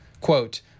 quote